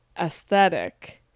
aesthetic